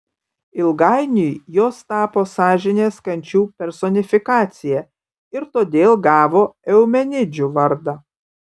ilgainiui jos tapo sąžinės kančių personifikacija ir todėl gavo eumenidžių vardą